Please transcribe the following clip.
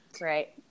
right